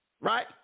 right